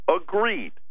agreed